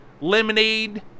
lemonade